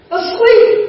asleep